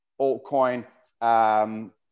altcoin